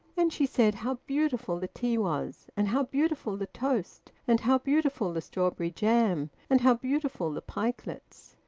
and she said how beautiful the tea was, and how beautiful the toast, and how beautiful the strawberry-jam, and how beautiful the pikelets.